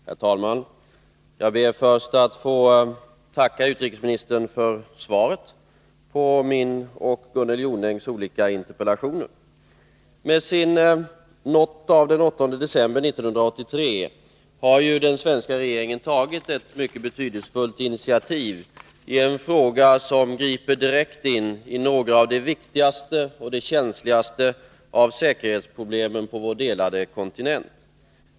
Herr talman! Jag ber först att få tacka utrikesministern för svaret på min och Gunnel Jonängs olika interpellationer. Med sin not av den 8 december 1983 har den svenska regeringen tagit ett mycket betydelsefullt initiativ i en fråga som griper direkt in i några av de viktigaste och känsligaste av säkerhetsproblemen på vår delade kontinent.